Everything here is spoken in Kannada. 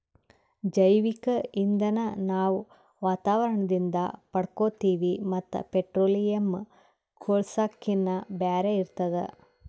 ಜೈವಿಕ್ ಇಂಧನ್ ನಾವ್ ವಾತಾವರಣದಿಂದ್ ಪಡ್ಕೋತೀವಿ ಮತ್ತ್ ಪೆಟ್ರೋಲಿಯಂ, ಕೂಳ್ಸಾಕಿನ್ನಾ ಬ್ಯಾರೆ ಇರ್ತದ